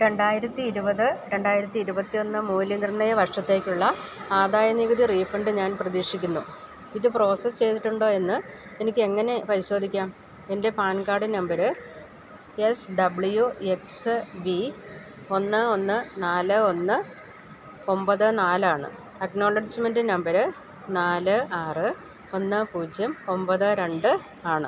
രണ്ടായിരത്തിയിരുപത് രണ്ടായിരത്തി ഇരുപത്തിയൊന്ന് മൂല്യനിർണ്ണയ വർഷത്തേക്കുള്ള ആദായ നികുതി റീഫണ്ട് ഞാൻ പ്രതീക്ഷിക്കുന്നു ഇത് പ്രോസസ്സ് ചെയ്തിട്ടുണ്ടോയെന്ന് എനിക്കെങ്ങനെ പരിശോധിക്കാം എൻ്റെ PAN card number X W X V ഒന്ന് ഒന്ന് നാല് ഒന്ന് ഒമ്പത് നാലാണ് അക്നോളജ്മെൻ്റ് നമ്പര് നാല് ആറ് ഒന്ന് പൂജ്യം ഒമ്പത് രണ്ട് ആണ്